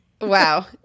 Wow